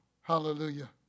Hallelujah